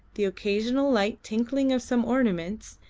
the occasional light tinkling of some ornaments,